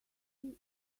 see